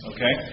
Okay